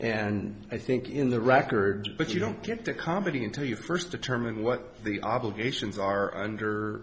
and i think in the record but you don't get the comedy until you first determine what the obligations are under